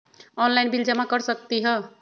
Online bill जमा कर सकती ह?